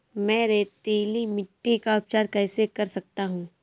मैं रेतीली मिट्टी का उपचार कैसे कर सकता हूँ?